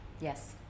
yes